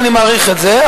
אני מעריך את זה,